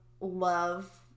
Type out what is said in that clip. love